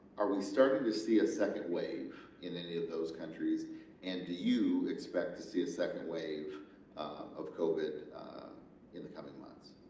are we starting to see a second wave in any of those countries and do you expect to see a second wave of covid in the comming months?